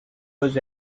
was